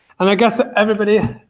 and i guess ah everybody,